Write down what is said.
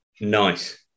Nice